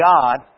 God